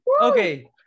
okay